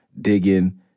digging